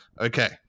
Okay